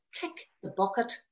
kick-the-bucket